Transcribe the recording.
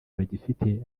bagifite